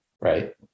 right